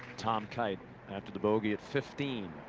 tom kite after the bogey at fifteen.